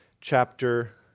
chapter